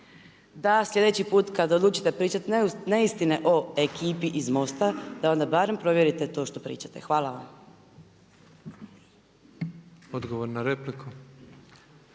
da slijedeći put kad odlučite pričati neistine o ekipi iz MOST-a da onda barem provjerite to što pričate. Hvala vam. **Petrov, Božo